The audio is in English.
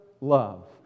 love